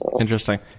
Interesting